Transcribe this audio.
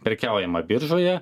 prekiaujama biržoje